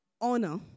honor